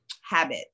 habit